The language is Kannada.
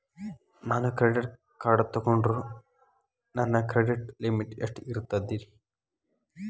ನಾನು ಕ್ರೆಡಿಟ್ ಕಾರ್ಡ್ ತೊಗೊಂಡ್ರ ನನ್ನ ಕ್ರೆಡಿಟ್ ಲಿಮಿಟ್ ಎಷ್ಟ ಇರ್ತದ್ರಿ?